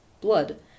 blood